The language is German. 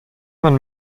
man